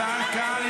חבר הכנסת מאיר כהן.